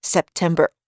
September